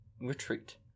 retreat